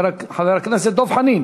חבר הכנסת דב חנין,